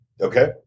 Okay